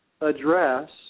address